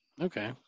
Okay